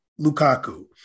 Lukaku